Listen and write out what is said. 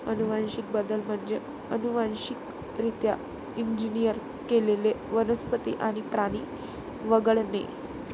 अनुवांशिक बदल म्हणजे अनुवांशिकरित्या इंजिनियर केलेले वनस्पती आणि प्राणी वगळणे